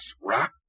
rock